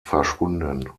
verschwunden